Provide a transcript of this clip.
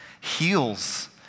heals